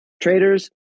traders